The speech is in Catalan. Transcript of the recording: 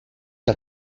que